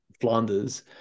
Flanders